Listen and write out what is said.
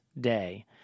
day